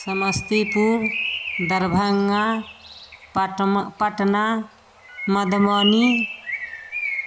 समस्तीपुर दरभङ्गा पटन पटना मधुबनी